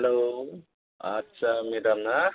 hello आटसा madam ना